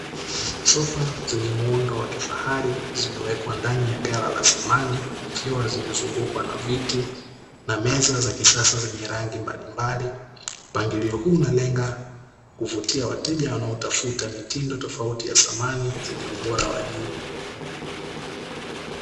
Sofa zenye muundo wa kifahari zimewekwa ndani ya ghala la samani, ikiwa imezungukwa na viti na meza za kisasa zenye rangi mbalimbali. Mpangilio huu unalenga kuvutia wateja wanaotafuta mitindo tofauti ya samani zenye ubora wa juu.